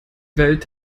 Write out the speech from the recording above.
welt